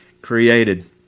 created